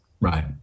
Right